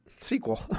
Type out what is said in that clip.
Sequel